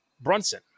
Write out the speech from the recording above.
Brunson